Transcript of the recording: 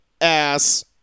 ass